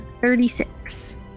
thirty-six